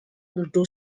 urdu